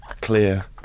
clear